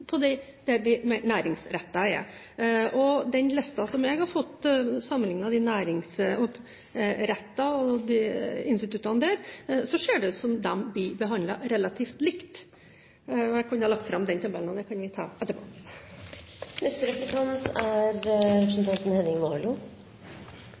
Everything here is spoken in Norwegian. at de forvaltningsrettede forskningsinstituttene ikke skal konkurrere der de næringsrettede er. I den listen som jeg har fått, hvor de næringsrettede instituttene er sammenlignet, ser det ut som om de blir behandlet relativt likt. Jeg kunne ha lagt fram den tabellen, men det kan vi ta etterpå. Jeg synes også det er veldig positivt at fiskeriministeren deltar i denne debatten,